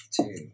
two